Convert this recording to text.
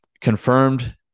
confirmed